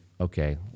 okay